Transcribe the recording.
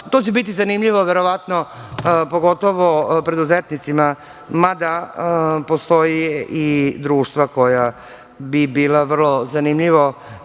to će biti zanimljivo, pogotovo preduzetnicima, mada postoje i društva koja bi bilo vrlo zanimljivo